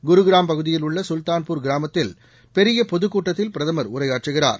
குருகிராம் பகுதியில் உள்ள சுல்தான்பூர் கிராமத்தில் பெரிய பொதுக் கூட்டத்தில் பிரதமர் உரையாற்றுகிறார்